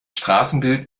straßenbild